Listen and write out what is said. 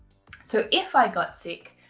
so if i got sick,